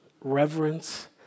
reverence